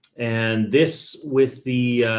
and this with the,